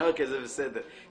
שאתה באמת מסכים עם העיקרון,